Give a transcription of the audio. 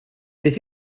beth